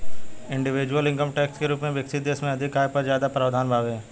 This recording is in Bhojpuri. इंडिविजुअल इनकम टैक्स के रूप में विकसित देश में अधिक आय पर ज्यादा प्रावधान बावे